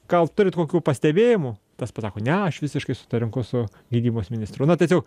gal turit kokių pastebėjimų tas pasako ne aš visiškai sutariu su gynybos ministru na tiesiog